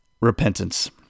repentance